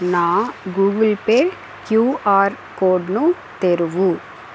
నా Google Pay QR code ను తెరువు